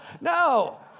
No